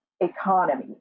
economy